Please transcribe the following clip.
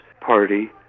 party